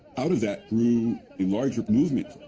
out of that grew a larger movement,